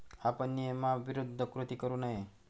आपण नियमाविरुद्ध कृती करू नये